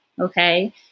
okay